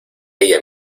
ella